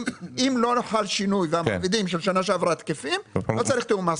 אם לא חל שינוי והמעבידים של שנה שעברה תקפים לא צריך תיאום מס.